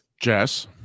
Jess